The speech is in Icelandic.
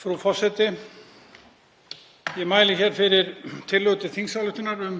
Frú forseti. Ég mæli hér fyrir tillögu til þingsályktunar um